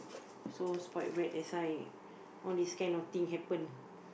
so spoiled brat that's why all this kind of thing happen